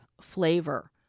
flavor